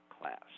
class